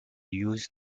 used